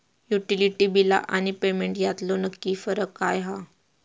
Utility बिला आणि payment यातलो नक्की फरक काय हा?